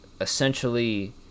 essentially